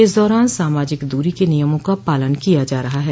इस दौरान सामाजिक दूरी के नियमों का पालन किया जा रहा है